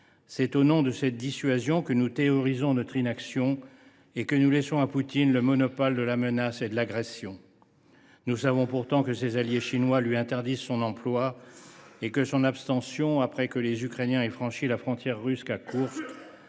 c’est au nom de cette même dissuasion que nous théorisons notre inaction, que nous laissons à Poutine le monopole de la menace et de l’agression. Nous savons pourtant que ses alliés chinois lui interdisent son emploi. Son abstention après que les Ukrainiens ont franchi la frontière russe à Koursk